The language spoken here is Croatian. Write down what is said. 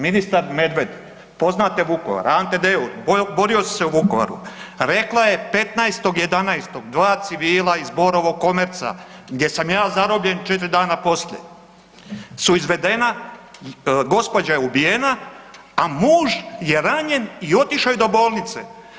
Ministar Medved, poznate Vukovar, Ante Deur borio si se u Vukovaru, rekla je 15.11. dva civila iz Borovo commercea gdje sam ja zarobljen četiri dana poslije su izvedena, gospođa je ubijena, a muž je ranjen i otišao je do bolnice.